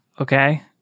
Okay